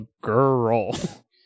girl